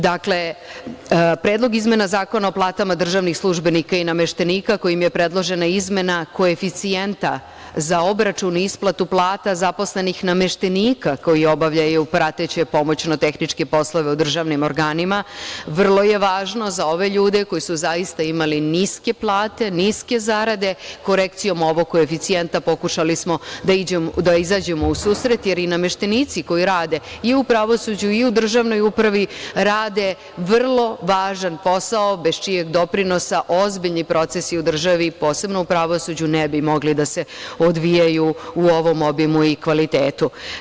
Dakle, Predlog izmena Zakona o platama državnih službenika i nameštenika kojim je predložena izmena koeficijenta za obračun, isplatu plata zaposlenih nameštenika koji obavljaju prateće pomoćno tehničke poslove u državnim organima, vrlo je važno za ove ljude koji su zaista imali niske plate, niske zarade, korekcijom ovog koeficijenta smo pokušali da izađemo u susret, jer i nameštenici koji rade i u pravosuđu i u državnoj upravi, rade vrlo važan posao bez čijeg doprinosa ozbiljni procesi u državi, posebno u pravosuđu ne bi mogli da se odvijaju u ovom obimu i kvalitetu.